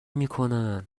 میکنن